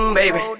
baby